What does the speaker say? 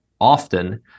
often